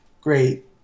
great